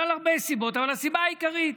בגלל הרבה סיבות, אבל הסיבה העיקרית: